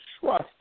trust